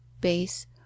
base